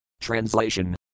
Translation